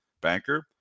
Banker